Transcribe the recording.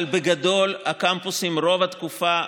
אבל בגדול, הקמפוסים רוב התקופה פתוחים,